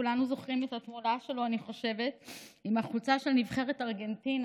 כולנו זוכרים את התמונה שלו עם החולצה של נבחרת ארגנטינה.